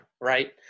right